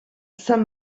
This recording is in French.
saint